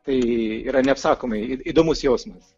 tai yra neapsakomai įdomus jausmas